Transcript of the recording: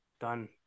done